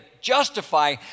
justify